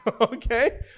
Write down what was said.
Okay